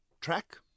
track